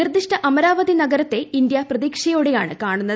നിർദ്ദിഷ്ട അമരാവതി നഗരത്തെ ഇന്ത്യ പ്രതീക്ഷയോടെയാണ് കാണുന്നത്